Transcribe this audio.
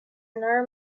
another